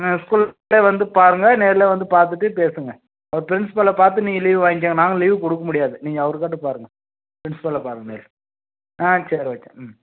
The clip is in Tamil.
ஸ்கூல்லேயே வந்து பாருங்கள் நேர்லேயே வந்து பார்த்துட்டு பேசுங்கள் அவரு பிரின்ஸ்பாலை பார்த்து நீங்கள் லீவு வாங்கிக்கங்க நாங்கள் லீவு கொடுக்க முடியாது நீங்கள் அவருக்கிட்ட பாருங்கள் பிரின்ஸ்பாலை பாருங்கள் நேரில் ஆ சரி ஓகே ம்